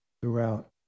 throughout